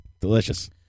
Delicious